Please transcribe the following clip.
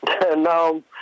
No